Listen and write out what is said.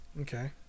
Okay